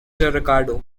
ricardo